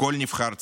כל נבחר ציבור.